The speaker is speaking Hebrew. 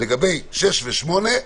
לגבי 6 ו-8,